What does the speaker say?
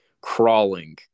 crawling